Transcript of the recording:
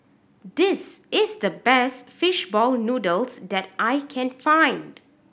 this is the best fish ball noodles that I can find